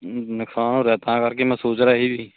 ਨੁਕਸਾਨ ਹੋ ਰਿਹਾ ਤਾਂ ਕਰਕੇ ਮੈਂ ਸੋਚ ਰਿਹਾ ਸੀ ਵੀ